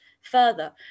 further